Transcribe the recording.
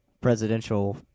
presidential